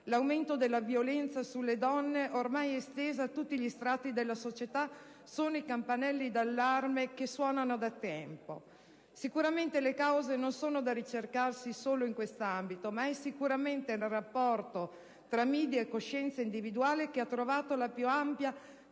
l'aumento della violenza sulle donne, estesa a tutti gli strati della società, sono campanelli d'allarme che suonano da tempo. Sicuramente, le cause non sono da ricercarsi solo in quest'ambito, ma è sicuramente nel rapporto tra *media* e coscienza individuale che hanno trovato la più ampia